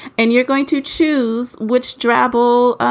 and you're going to choose which drabble,